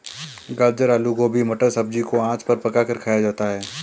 गाजर आलू गोभी मटर सब्जी को आँच पर पकाकर खाया जाता है